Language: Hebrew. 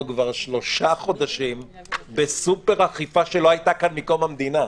אנחנו כבר שלושה חודשים בסופר אכיפה שלא הייתה כאן מקום המדינה.